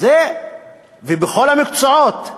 זה בכל המקצועות.